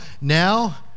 now